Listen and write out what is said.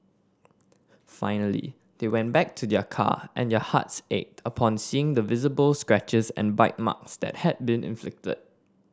finally they went back to their car and their hearts ached upon seeing the visible scratches and bite marks that had been inflicted